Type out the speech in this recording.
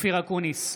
אופיר אקוניס,